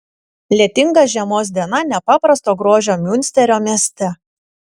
lietinga žiemos diena nepaprasto grožio miunsterio mieste